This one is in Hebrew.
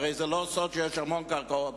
הרי זה לא סוד שיש המון קרקעות,